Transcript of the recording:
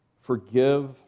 Forgive